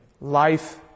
life